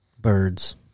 Birds